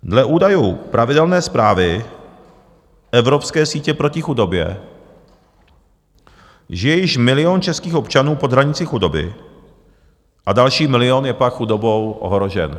Dle údajů pravidelné zprávy Evropské sítě proti chudobě žije již milion českých občanů pod hranicí chudoby a další milion je pak chudobou ohrožen.